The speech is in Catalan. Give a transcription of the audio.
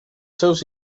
seus